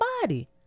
body